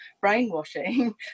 brainwashing